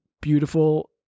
beautiful